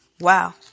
Wow